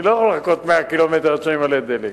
אני לא יכול לחכות 100 ק"מ עד שאני אמלא דלק,